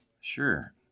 Sure